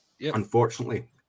Unfortunately